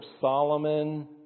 Solomon